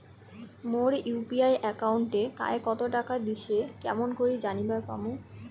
মোর UPI একাউন্টে কায় কতো টাকা দিসে কেমন করে জানিবার পামু?